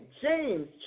James